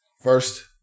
First